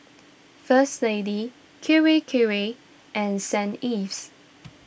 First Lady Kirei Kirei and St Ives